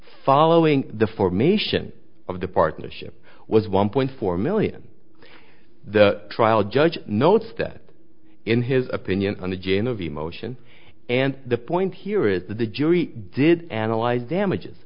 following the formation of the partnership was one point four million the trial judge notes that in his opinion on the jane of emotion and the point here is that the jury did analyze damages